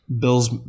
Bill's